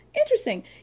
interesting